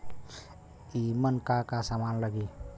ईमन का का समान लगी?